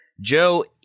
joe